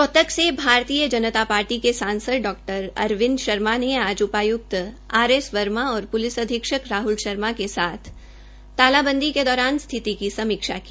रोहतक से भारतीय जनता पार्टी कें सांसद डॉ अरविंद शर्मा ने आज उपायुक्त आर एस वर्मा और प्लिस अधीक्षक राहल शर्मा के साथ तालाबंदी के दौरान स्थिति की समीक्षा की